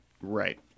Right